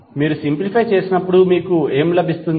మీరు సింప్లిఫై చేసినప్పుడు మీకు ఏమి లభిస్తుంది